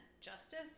justice